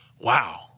wow